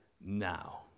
now